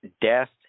Death